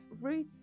Ruth